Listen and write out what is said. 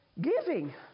giving